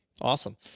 Awesome